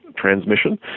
transmission